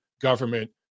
government